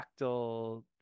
fractal